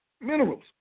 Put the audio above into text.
minerals